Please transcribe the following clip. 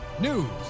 news